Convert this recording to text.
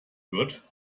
hört